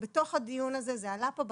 זה בתוך הדיון הזה וזה עלה פה בשוליים.